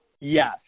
Yes